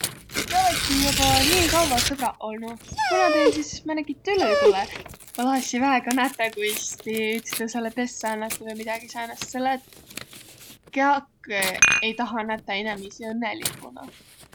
Ti olõti joba nii kavva sõbraq olnuq. Kuna teil sis määnegi tülü tulõ? Ma tahassi väega nätäq, kuis ti ütstõõsõ pessäq annati vai midägi säänest. Selle et kiäki ei tahaq nätäq inemiisi õnnõliguna.